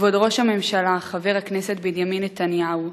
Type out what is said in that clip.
כבוד ראש הממשלה חבר הכנסת בנימין נתניהו,